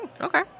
Okay